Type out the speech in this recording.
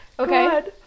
Okay